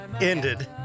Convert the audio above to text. ended